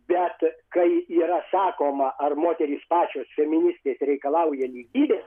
bet kai yra sakoma ar moterys pačios feministės reikalauja lygybės